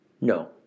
No